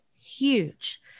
huge